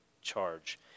charge